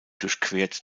durchquert